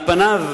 על פניו,